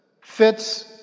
fits